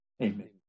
Amen